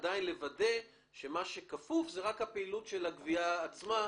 צריך עדיין לוודא שמה שכפוף לחוק הוא רק הפעילות של הגבייה עצמה.